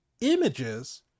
images